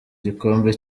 gikombe